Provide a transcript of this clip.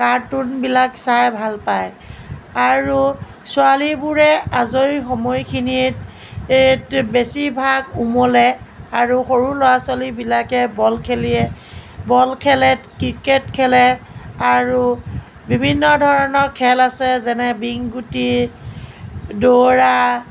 কাৰ্টুনবিলাক চাই ভাল পায় আৰু ছোৱালীবোৰে আজৰি সময়খিনিত বেছিভাগ ওমলে আৰু সৰু ল'ৰা ছোৱালীবিলাকে বল খেলে বল খেলে ক্ৰিকেট খেলে আৰু বিভিন্ন ধৰণৰ খেল আছে যেনে বিং গুটি দৌৰা